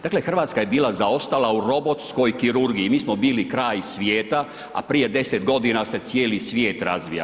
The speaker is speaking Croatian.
Dakle Hrvatska je bila zaostala u robotskoj kirurgiji, mi smo bili kraj svijeta a prije 10 godina se cijeli svijet razvija.